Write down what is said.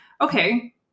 Okay